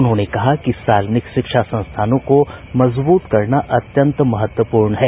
उन्होंने कहा कि सार्वजनिक शिक्षा संस्थानों को मजबूत करना अत्यंत महत्वपूर्ण है